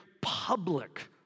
public